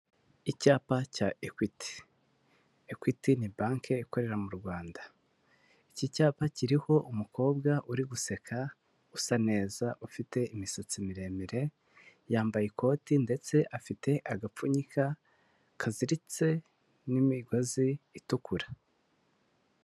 Icyapa cya Ekwiti. Ekwiti ni banke ikorera mu Rwanda. Iki cyapa kiriho umukobwa uri guseka usa neza ufite imisatsi miremire, yambaye ikoti ndetse afite agapfunyika kaziritse n'imigozi itukura.